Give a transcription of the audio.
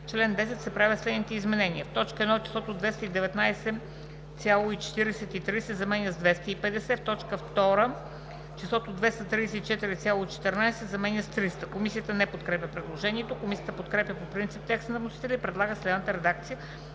Комисията не подкрепя предложението. Комисията подкрепя по принцип текста на вносителя и предлага следната редакция